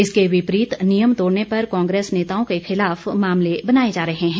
इसके विपरीत नियम तोड़ने पर कांग्रेस नेताओं के खिलाफ मामले बनाए जा रहे हैं